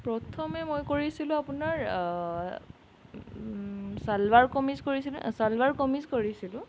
প্ৰথমে মই কৰিছিলোঁ আপোনাৰ চালৱাৰ কামিজ কৰিছিলোঁ চালৱাৰ কামিজ কৰিছিলোঁ